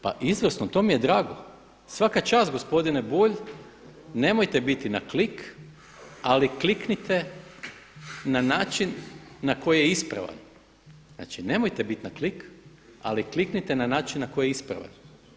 Pa izvrsno to mi je drago, svaka čast gospodine Bulj nemojte biti na klik, ali kliknite na način na koji je ispravan, znači nemojte biti na klik, ali kliknite na način na koji je ispravan.